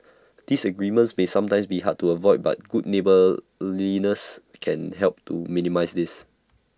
disagreements may sometimes be hard to avoid but good neighbourliness can help to minimise this